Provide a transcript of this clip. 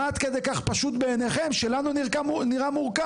מה עד כדי כך פשוט בעיניכם שלנו נראה מורכב.